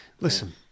Listen